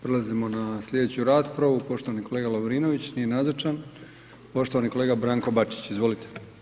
Prelazimo na slijedeću raspravu, poštovani kolega Lovrinović, nije nazočan, poštovani kolega Branko Bačić, izvolite.